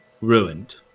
Ruined